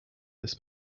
this